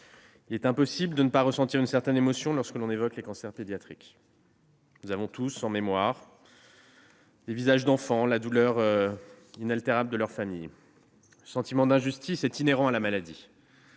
Il est impossible de ne pas ressentir une certaine émotion lorsque l'on évoque les cancers pédiatriques. Nous avons tous en mémoire ces visages d'enfants et la douleur inaltérable de leur famille. Le sentiment d'injustice est inhérent à la maladie,